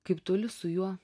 kaip toli su juo